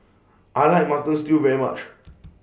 I like Mutton Stew very much